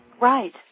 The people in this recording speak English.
Right